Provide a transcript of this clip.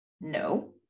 no